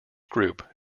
group